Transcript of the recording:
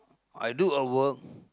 I do a work